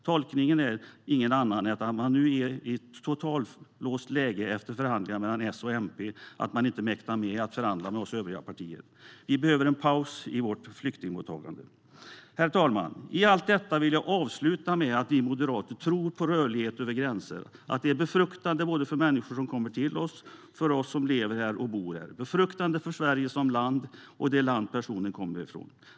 Tolkningen är ingen annan än att man nu är i ett totallåst läge efter förhandlingar mellan S och MP och att man inte mäktar med att förhandla med oss övriga partier. Vi behöver en paus i vårt flyktingmottagande. Herr talman! Vi moderater tror på rörlighet över gränser. Det är befruktande både för de människor som kommer till oss och för oss som lever och bor här. Det är befruktande både för Sverige som land och för de länder dessa personer kommer ifrån.